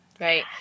Right